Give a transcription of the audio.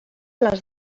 les